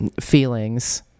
feelings